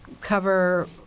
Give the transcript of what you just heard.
cover